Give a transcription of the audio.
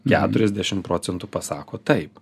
keturiasdešim procentų pasako taip